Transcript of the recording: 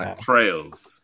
Trails